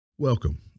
Welcome